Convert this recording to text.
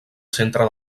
centre